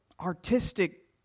artistic